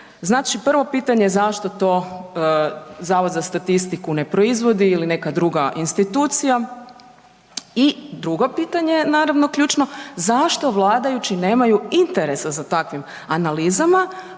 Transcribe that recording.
prvo pitanje zašto to zavod za statistiku ne proizvodi ili neka druga institucija? I drugo pitanje je naravno ključno, zašto vladajući nemaju interesa za takvim analizama?